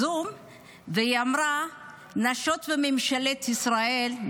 אמרה שנשות ממשלת ישראל,